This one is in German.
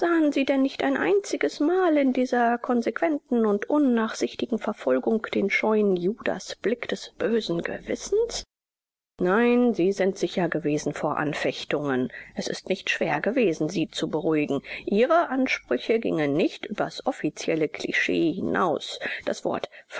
sie denn nicht ein einziges mal in dieser konsequenten und unnachsichtigen verfolgung den scheuen judasblick des bösen gewissens nein sie sind sicher gewesen vor anfechtungen es ist auch nicht schwer gewesen sie zu beruhigen ihre ansprüche gingen nicht übers offiziöse klischee hinaus das wort